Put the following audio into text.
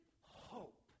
hope